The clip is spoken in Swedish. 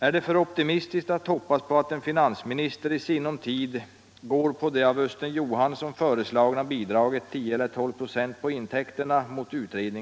Är det för optimistiskt att hoppas på att en finansminister i sinom tid går på det av Östen Johansson föreslagna bidraget ?